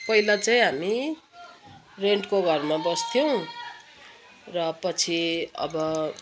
पहिला चाहिँ हामी रेन्टको घरमा बस्थ्यौँ र पछि अब